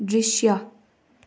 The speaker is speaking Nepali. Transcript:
दृश्य